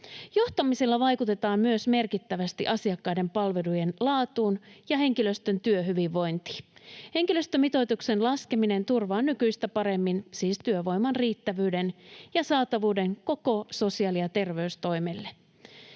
Johtamisella vaikutetaan myös merkittävästi asiakkaiden palvelujen laatuun ja henkilöstön työhyvinvointiin. Henkilöstömitoituksen laskeminen turvaa nykyistä paremmin siis työvoiman riittävyyden ja saatavuuden koko sosiaali- ja terveystoimelle.